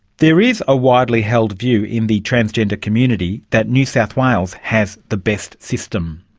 there is a widely held view in the transgender community that new south wales has the best system.